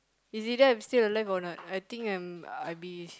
is either I am still alive or not I think I am I be